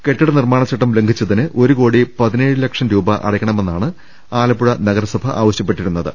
കെട്ടിട നിർമാണചട്ടം ലംഘിച്ചതിന് ഒരുകോടി പതിനേഴ് ലക്ഷം രൂപ അടയ്ക്കണമെന്നാണ് ആലപ്പുഴ നഗരസഭ ആവശ്യപ്പെട്ടിരു ന്നത്